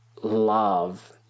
Love